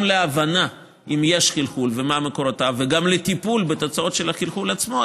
גם להבנה אם יש חלחול ומה מקורותיו וגם לטיפול בתוצאות של החלחול עצמו,